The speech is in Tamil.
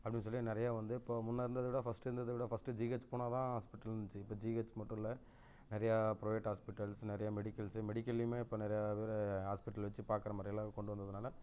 அப்படினு சொல்லி நிறைய வந்து இப்போ முன்னே இருந்ததை விட ஃபஸ்ட்டு இருந்ததை விட ஃபஸ்ட்டு ஜிஹெச் போனால் தான் ஹாஸ்பிட்டலு இருந்துச்சு இப்போ ஜிஹெச் மட்டும் இல்லை நிறையா பிரைவேட் ஹாஸ்பிட்டல்ஸ் நிறைய மெடிக்கல்ஸு மெடிக்கல்லேயுமே இப்போ நிறைய பேர் ஹாஸ்பிட்டல் வச்சு பாக்கிற மாதிரி எல்லாம் கொண்டு வந்ததனால